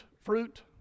fruit